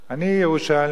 אני ירושלמי,